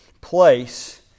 place